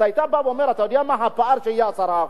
היית בא ואומר שהפער יהיה 10%,